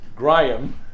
Graham